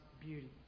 beauty